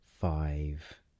five